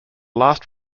last